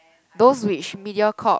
those which Mediacorp